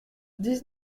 dix